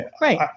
right